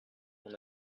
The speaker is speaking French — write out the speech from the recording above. mon